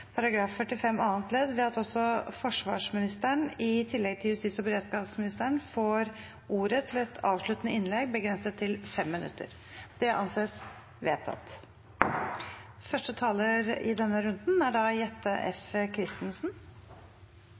45 annet ledd ved at også forsvarsministeren, i tillegg til justis- og beredskapsministeren, får ordet til et avsluttende innlegg begrenset til 5 minutter. – Det anses vedtatt . Først vil jeg benytte anledningen til å takke for redegjørelsen. Men denne